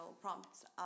prompts